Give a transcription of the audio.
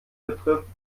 betrifft